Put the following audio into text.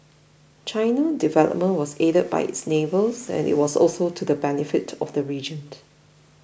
China development was aided by its neighbours and it was also to the benefit to of the region